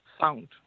sound